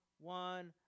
one